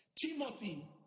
Timothy